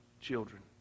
children